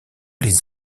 les